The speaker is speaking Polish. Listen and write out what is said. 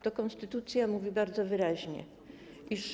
To konstytucja mówi bardzo wyraźnie, iż.